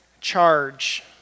charge